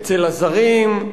אצל הזרים,